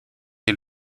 est